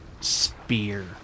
Spear